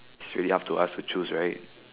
should we ask to ask to choose right